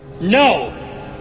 No